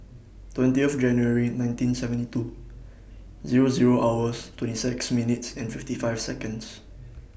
twentieth January nineteen seventy two Zero Zero hours twenty six minutes and fifty five Seconds